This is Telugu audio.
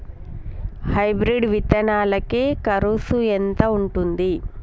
హైబ్రిడ్ విత్తనాలకి కరుసు ఎంత ఉంటది?